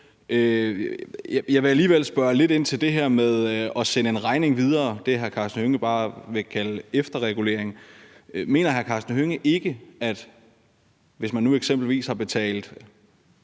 Jeg vil alligevel spørge lidt ind til det her med at sende en regning videre – det, hr. Karsten Hønge bare vil kalde efterregulering. Mener hr. Karsten Hønge ikke, at hvis man nu eksempelvis har betalt